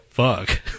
Fuck